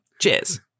cheers